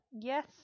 Yes